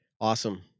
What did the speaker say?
Awesome